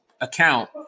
account